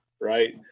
right